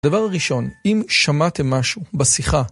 דבר ראשון, אם שמעתם משהו בשיחה